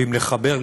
ואם לחבר,